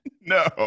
No